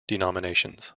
denominations